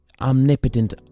omnipotent